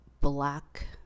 black